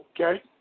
Okay